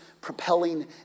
propelling